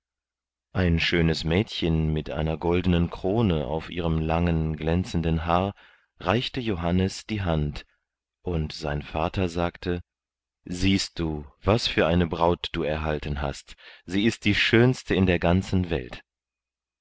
ein schönes mädchen mit einer goldenen krone auf ihrem langen glänzenden haar reichte johannes die hand und sein vater sagte siehst du was für eine braut du erhalten hast sie ist die schönste in der ganzen welt